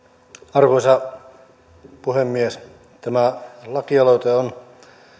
arvoisa puhemies tämä lakialoite on